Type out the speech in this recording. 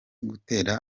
gutera